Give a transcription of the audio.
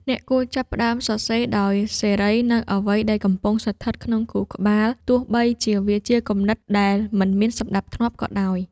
អ្នកគួរចាប់ផ្ដើមសរសេរដោយសេរីនូវអ្វីដែលកំពុងស្ថិតក្នុងខួរក្បាល ទោះបីជាវាជាគំនិតដែលមិនមានសណ្ដាប់ធ្នាប់ក៏ដោយ។